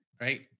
Right